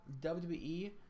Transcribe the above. WWE